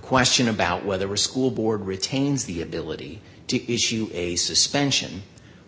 question about whether or school board retains the ability to issue a suspension